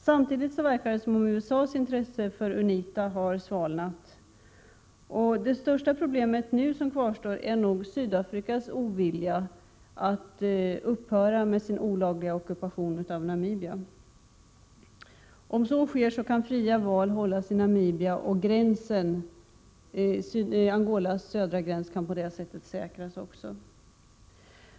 Samtidigt verkar USA:s intresse för UNITA ha svalnat. Det största problemet är nu Sydafrikas ovilja att upphöra med sin olagliga ockupation av Namibia. Om så sker kan fria val hållas i Namibia, och Angolas södra gräns kan på det sättet säkras.